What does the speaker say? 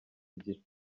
igihe